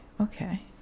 okay